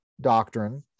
doctrine